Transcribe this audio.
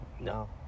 No